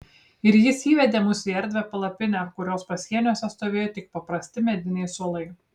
ir jis įvedė mus į erdvią palapinę kurios pasieniuose stovėjo tik paprasti mediniai suolai